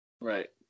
Right